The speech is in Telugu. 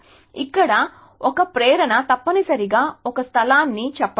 ఇక్కడ ఒక ప్రేరణ తప్పనిసరిగా ఒక స్థలాన్ని చెప్పడం